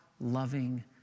loving